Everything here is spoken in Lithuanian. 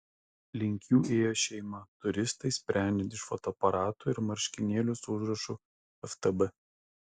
link jų ėjo šeima turistai sprendžiant iš fotoaparatų ir marškinėlių su užrašu ftb